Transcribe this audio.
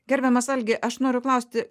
gerbiamas algi aš noriu klausti